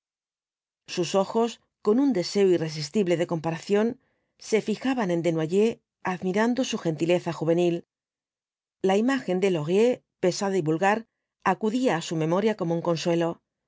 sus ojos con un deseo irresistible de comparación se fijaban en desnoyers admirando su gentileza juvenil la imagen de laurier pesada y vulgar acudía á su memoria como un consuelo